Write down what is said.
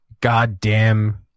Goddamn